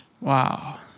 Wow